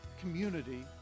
community